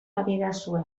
badidazue